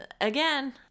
Again